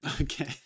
Okay